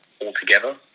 altogether